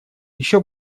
еще